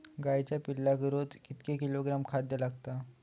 गाईच्या पिल्लाक रोज कितके किलोग्रॅम खाद्य लागता?